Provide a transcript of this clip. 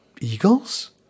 Eagles